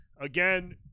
Again